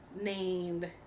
named